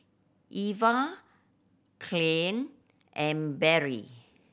Eva Caryl and Barry